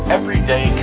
Everyday